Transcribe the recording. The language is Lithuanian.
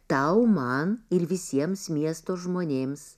tau man ir visiems miesto žmonėms